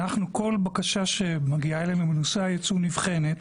כל בקשה שמגיעה אלינו בנושא הייצוא נבחנת.